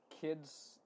kids